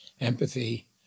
empathy